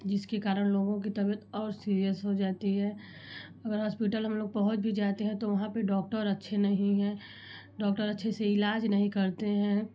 जिसके कारण लोगों की तबियत और सीरियस हो जाती है और होस्पिटल हम लोग पहुँच भी जाते हैं तो वहाँ पे डॉक्टर अच्छे नहीं हैं डॉक्टर अच्छे से ईलाज नहीं करते हैं